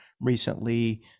recently